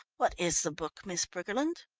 what is the book, miss briggerland?